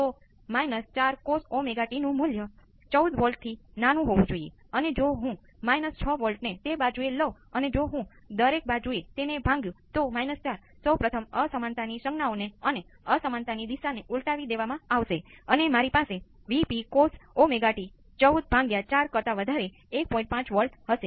તો ફરીથી ચાલો મને આની જેમ એક સરળ સર્કિટ ની બરાબર છે